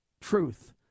truth